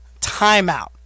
Timeout